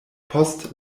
post